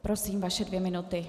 Prosím, vaše dvě minuty.